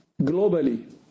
Globally